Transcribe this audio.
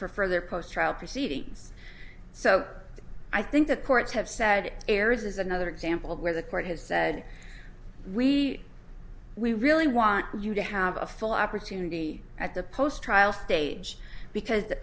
for further post trial proceedings so i think the courts have said it airs is another example where the court has said we we really want you to have a full opportunity at the post trial stage because